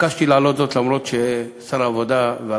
התעקשתי להעלות זאת אף ששר הרווחה